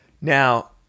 Now